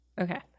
Okay